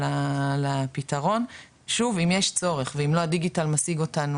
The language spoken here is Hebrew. אני פוגשת אותן